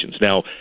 now